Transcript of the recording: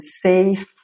safe